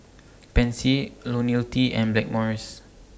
Pansy Ionil T and Blackmores